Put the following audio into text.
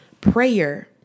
Prayer